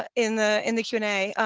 ah in the in the q and a,